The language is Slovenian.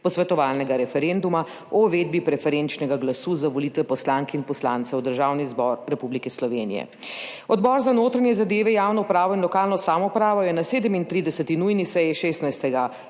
posvetovalnega referenduma o uvedbi preferenčnega glasu za volitve poslank in poslancev v Državni zbor Republike Slovenije. Odbor za notranje zadeve, javno upravo in lokalno samoupravo je na 37. nujni seji 16.